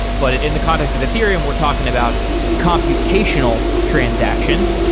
but in the context of ethereum we're talking about computational transactions.